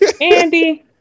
Andy